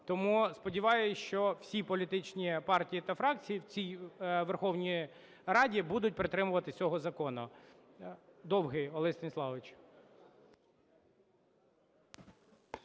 Тому, сподіваюся, що всі політичні партії та фракції у цій Верховній Раді будуть притримуватися цього закону. Довгий Олесь Станіславович.